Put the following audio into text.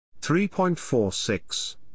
3.46